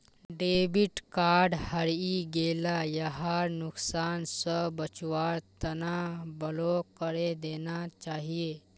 debit card हरई गेला यहार नुकसान स बचवार तना ब्लॉक करे देना चाहिए